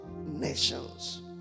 nations